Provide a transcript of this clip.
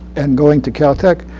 and going to cal tech,